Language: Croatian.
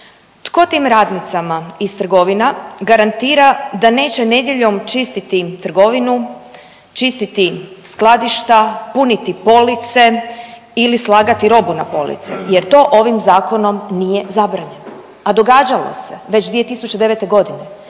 tko tim radnicama iz trgovina garantira da neće nedjeljom čistiti trgovinu, čistiti skladišta, puniti police ili slagati robu na police jer to ovim zakonom nije zabranjeno, a događalo se već 2009.g.